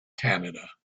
canada